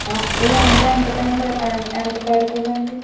ఇదంతా ఎంత టైం ఎంత పడుతుంది అండి